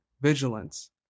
Vigilance